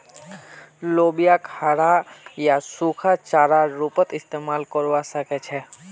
लोबियाक हरा या सूखा चारार रूपत इस्तमाल करवा सके छे